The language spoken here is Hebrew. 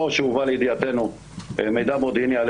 או שהובא לידיעתנו מידע מודיעיני על